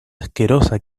asquerosa